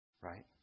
Right